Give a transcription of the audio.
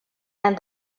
and